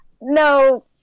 no